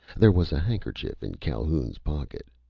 there was a handkerchief in calhoun's pocket.